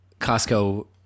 Costco